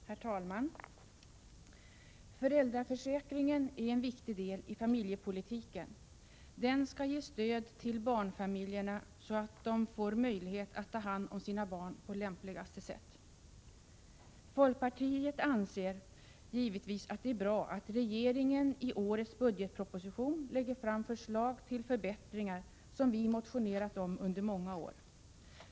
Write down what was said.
Herr talman! Föräldraförsäkringen är en viktig del i familjepolitiken. Den skall ge stöd till barnfamiljerna, så att de får möjlighet att ta hand om sina barn på lämpligaste sätt. Folkpartiet anser det givetvis vara bra att regeringen i årets budgetproposition lägger fram förslag till förbättringar som vi motionerat om under många år.